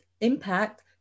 impact